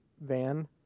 van